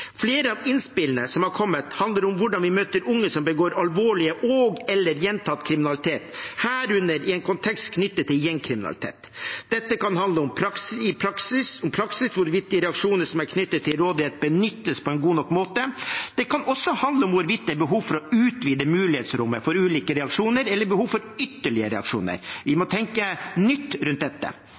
Flere av innspillene som er kommet, handler om hvordan vi møter unge som begår alvorlig og/eller gjentatt kriminalitet, herunder i en kontekst knyttet til gjengkriminalitet. Dette kan i praksis handle om hvorvidt de reaksjoner som man har til rådighet, benyttes på en god nok måte. Det kan også handle om hvorvidt det er behov for å utvide mulighetsrommet for ulike reaksjoner eller behov for ytterligere reaksjoner. Vi må tenke nytt rundt dette.